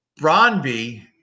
Bronby